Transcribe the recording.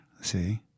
See